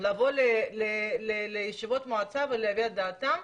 לבוא לישיבות מועצה ולהביע את דעתם.